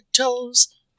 toes